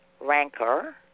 rancor